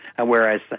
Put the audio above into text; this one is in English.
whereas